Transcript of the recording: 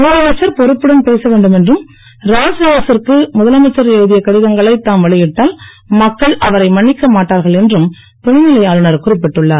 முதலமைச்சர் பொறுப்புடன் பேச வேண்டும் என்றும முதலமைச்சர் ராஜ்நிவாசிற்கு எழுதிய கடிதங்களை தாம் வெளியிட்டால் மக்கள் அவரை மன்னிக்க மார்டார்கள் என்றும் துணைநிலை ஆளுநர் குறிப்பிட்டுள்ளார்